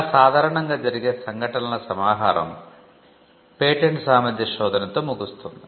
ఇలా సాధారణంగా జరిగే సంఘటనల సమాహారం పేటెంట్ సామర్థ్య శోధనతో ముగుస్తుంది